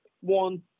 One